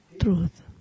truth